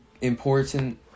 important